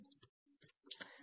વિદ્યાર્થી